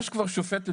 יש כבר שופטת,